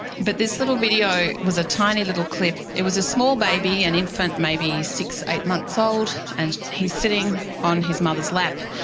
but this little video was a tiny little clip, it was a small baby, an infant maybe six, eight months old, and he's sitting on his mother's lap,